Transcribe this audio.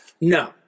No